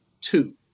two